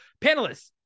panelists